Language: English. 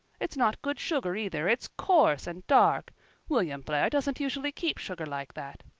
it's not good sugar, either it's coarse and dark william blair doesn't usually keep sugar like that.